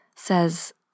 says